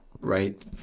right